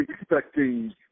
expecting